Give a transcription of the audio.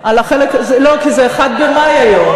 לא, כי זה 1 במאי היום.